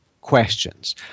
questions